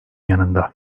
yanında